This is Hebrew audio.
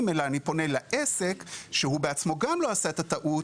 אלא אני פונה לעסק שהוא בעצמו גם לא עשה את הטעות,